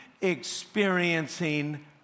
experiencing